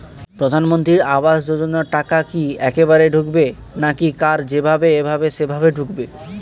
প্রধানমন্ত্রী আবাস যোজনার টাকা কি একবারে ঢুকবে নাকি কার যেভাবে এভাবে সেভাবে ঢুকবে?